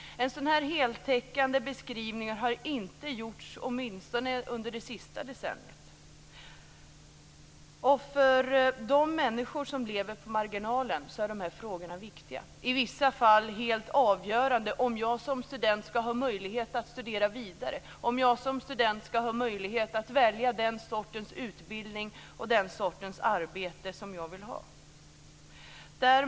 En sådan heltäckande beskrivning har inte gjorts under åtminstone det sista decenniet. För de människor som lever på marginalen är de här frågorna viktiga, i vissa fall helt avgörande för om de som studenter skall ha möjlighet att studera vidare, om de som studenter skall ha möjlighet att välja den sorts utbildning och den sorts arbete som de vill ha.